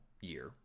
year